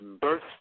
birth